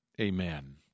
amen